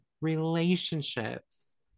relationships